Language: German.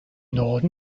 norden